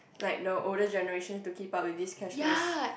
like the older generation to keep up with this cashless